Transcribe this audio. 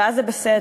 ואז זה בסדר,